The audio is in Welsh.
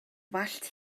wallt